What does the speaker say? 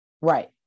Right